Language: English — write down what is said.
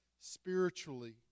spiritually